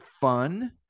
fun